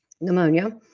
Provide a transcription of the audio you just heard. pneumonia